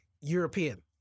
European